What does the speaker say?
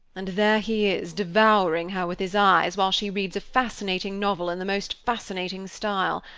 and there he is, devouring her with his eyes, while she reads a fascinating novel in the most fascinating style.